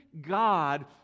God